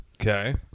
Okay